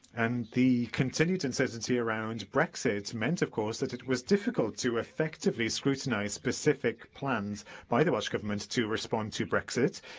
and the continued uncertainty around brexit meant, of course, that it was difficult to effectively scrutinise specific plans by the welsh government to respond to brexit.